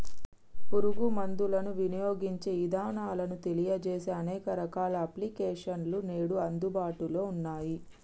పురుగు మందులను వినియోగించే ఇదానాలను తెలియజేసే అనేక రకాల అప్లికేషన్స్ నేడు అందుబాటులో ఉన్నయ్యి